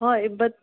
হয় বাট